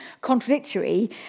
contradictory